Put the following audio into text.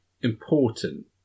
important